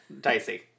dicey